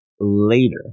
later